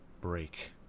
break